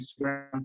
instagram